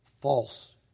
false